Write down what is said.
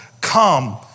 come